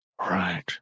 Right